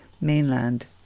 mainland